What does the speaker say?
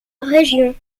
région